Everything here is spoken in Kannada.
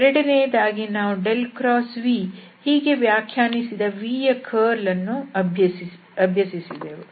ಎರಡನೇದಾಗಿ ನಾವು∇×v ಹೀಗೆ ವ್ಯಾಖ್ಯಾನಿಸಿದ vಯ ಕರ್ಲ್ ಅನ್ನು ಅಭ್ಯಸಿಸಿದೆವು